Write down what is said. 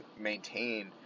maintain